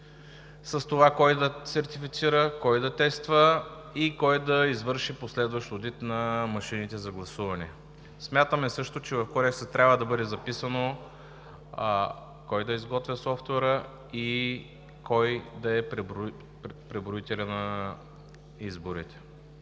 с това кой да сертифицира, кой да тества и кой да извърши последващ одит на машините за гласуване. Смятаме също, че в Кодекса трябва да бъде записано кой да изготвя софтуера и кой да е преброителят на изборите.